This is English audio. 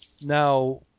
Now